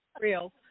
real